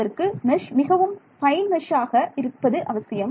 அதற்கு மெஷ் மிகவும் fine mesh ஆக இருப்பது அவசியம்